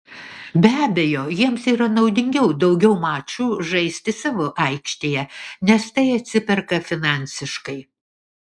be abejo jiems yra naudingiau daugiau mačų žaisti savo aikštėje nes tai atsiperka finansiškai